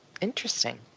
Interesting